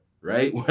right